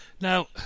Now